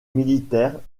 militaires